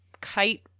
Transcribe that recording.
kite